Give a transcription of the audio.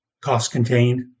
cost-contained